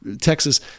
Texas